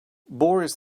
boris